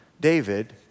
David